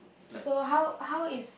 so how how is